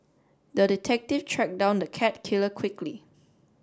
the detective tracked down the cat killer quickly